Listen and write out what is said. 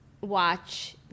watch